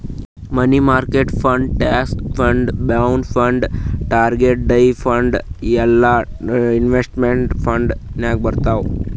money market fund, stock fund, bond fund, target date fund ಎಲ್ಲಾ investment fund ನಾಗ್ ಬರ್ತಾವ್